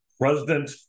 President